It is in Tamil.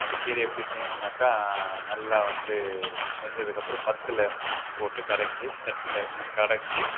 அந்த கீரையை எப்படி செய்யணுனாக்கா நல்லா வந்து வெந்ததுக்கு அப்புறம் மத்தில் போட்டு கடைஞ்சு சட்டியில் கடைஞ்சு